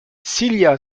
silja